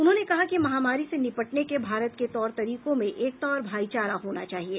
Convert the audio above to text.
उन्होंने कहा कि महामारी से निपटने के भारत के तौर तरीकों में एकता और भाईचारा होना चाहिए